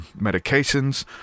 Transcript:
medications